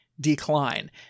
decline